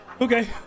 Okay